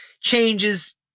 changes